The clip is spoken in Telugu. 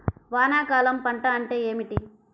వానాకాలం పంట అంటే ఏమిటి?